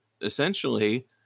essentially